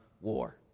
war